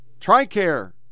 TRICARE